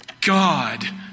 God